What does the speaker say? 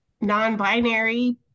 non-binary